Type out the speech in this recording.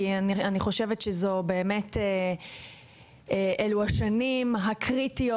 כי אני חושבת שאלו באמת השנים הקריטיות